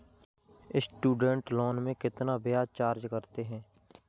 Student loan में कितना ब्याज चार्ज करते हैं?